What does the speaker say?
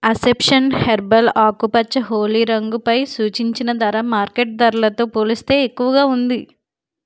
ascension herbal ఆకుపచ్చ హోలీ రంగు పై సూచించిన ధర మార్కెట్ ధరలతో పోలిస్తే ఎక్కువగా ఉంది